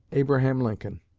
abraham lincoln.